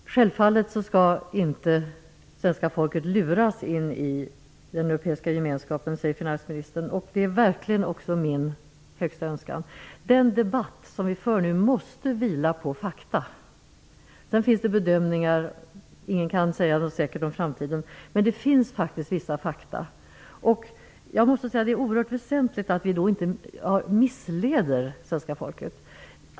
Fru talman! Självfallet skall inte svenska folket luras in i den europeiska gemenskapen, säger finansministern. Det är verkligen också min högsta önskan. Den debatt som vi för nu måste vila på fakta. Det görs olika bedömningar, och ingen kan säga något säkert om framtiden. Men det finns faktiskt vissa fakta. Det är oerhört väsentligt att vi inte missleder svenska folket.